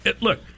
look